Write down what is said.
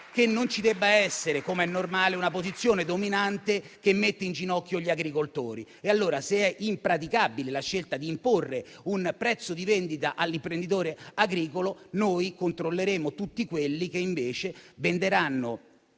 che non ci debba essere, come è normale, una posizione dominante che mette in ginocchio gli agricoltori. Se allora è impraticabile la scelta di imporre un prezzo di vendita all'imprenditore agricolo, noi controlleremo tutti quelli che invece compreranno